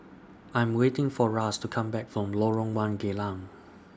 I'm waiting For Ras to Come Back from Lorong one Geylang